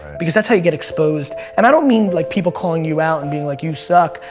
because that's how you get exposed. and i don't mean like people calling you out and being like, you suck.